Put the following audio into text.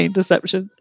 deception